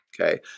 okay